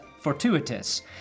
fortuitous